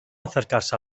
acercarse